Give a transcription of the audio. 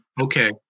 okay